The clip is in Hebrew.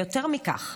ויותר מכך,